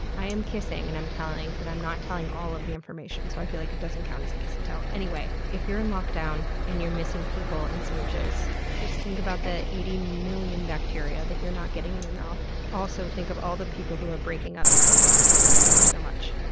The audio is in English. i am kissing and i'm telling, but i'm not telling all of the information, so i feel like it doesn't count as a kiss and tell. anyway, if you're in lockdown and you're missing people and smooches, just think about the eighty million bacteria that you're not getting in your mouth. also, think of all the people who are breaking up because they have to live together so much.